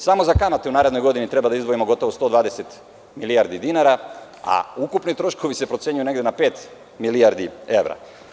Samo za kamate u narednoj godini treba da izdvojimo gotovo 120 milijardi dinara, a ukupni troškovi se procenjuju na 5 milijardi evra.